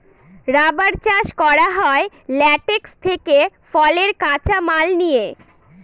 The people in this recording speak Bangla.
রাবার চাষ করা হয় ল্যাটেক্স থেকে ফলের কাঁচা মাল নিয়ে